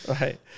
Right